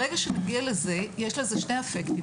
ברגע שנגיע לזה, יש לזה שני אפקטים.